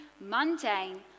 mundane